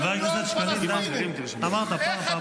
חבר הכנסת שקלים, אמרת --- די.